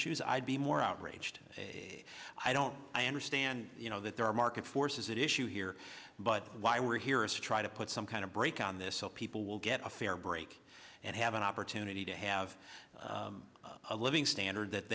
shoes i'd be more outraged i don't i understand you know that there are market forces that issue here but why we're here is to try to put some kind of brake on this so people will get a fair break and have an opportunity to have a living standard that